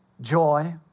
joy